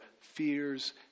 fears